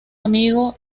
amigo